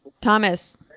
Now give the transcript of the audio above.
Thomas